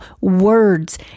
words